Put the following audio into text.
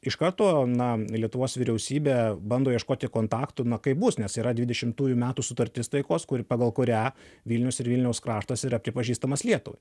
iš karto na lietuvos vyriausybė bando ieškoti kontaktų na kaip bus nes yra dvidešimtųjų metų sutartis taikos kuri pagal kurią vilnius ir vilniaus kraštas yra pripažįstamas lietuvai